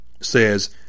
says